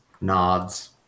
nods